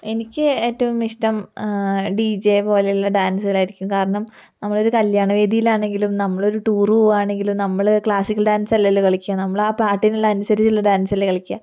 എനിക്ക് ഏറ്റവും ഇഷ്ടം ഡിജെ പോലുള്ള ഡാൻസുകൾ ആയിരിക്കും കാരണം നമ്മൾ ഒരു കല്യാണവേദിയിൽ ആണെങ്കിലും നമ്മൾ ഒരു ടൂർ പോവുകയാണെങ്കിലും നമ്മള് ക്ലാസിക് ഡാൻസ് അല്ലല്ലോ കളിക്കാൻ നമ്മൾ ആ പാട്ടിന് അനുസരിച്ചുള്ള ഡാൻസല്ലേ കളിക്കുക